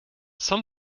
some